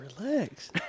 relax